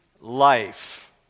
life